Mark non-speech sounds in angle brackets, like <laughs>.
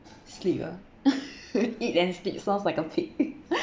sleep ah <laughs> eat and sleep sounds like a pig <laughs>